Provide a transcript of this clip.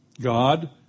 God